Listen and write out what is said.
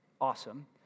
Awesome